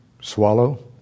swallow